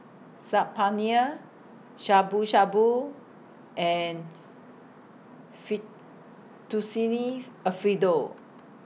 Saag Paneer Shabu Shabu and Fettuccine Alfredo